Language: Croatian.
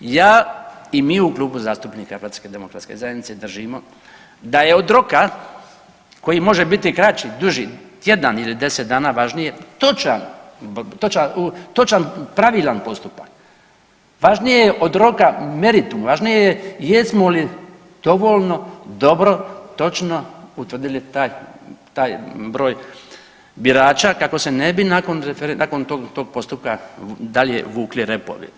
Ja i mi u Klubu zastupnika HDZ-a držimo da je od roka koji može biti kraći, duži, tjedan ili 10 dana važniji, točan, točan, točan pravilan postupak, važnije je od roka meritum, važnije je jesmo li dovoljno dobro točno utvrdili taj, taj broj birača kako se ne bi nakon tog, tog postupka dalje vukli repovi.